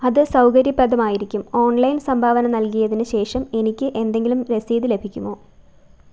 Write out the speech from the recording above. അത് സൗകര്യപ്രദമായിരിക്കും ഓൺലൈൻ സംഭാവന നൽകിയതിന് ശേഷം എനിക്ക് എന്തെങ്കിലും രസീത് ലഭിക്കുമോ